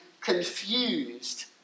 confused